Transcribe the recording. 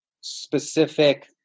specific